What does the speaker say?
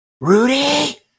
Rudy